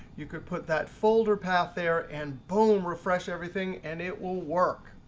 you could put that folder path there and boom refresh everything, and it will work.